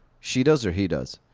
she does or he does?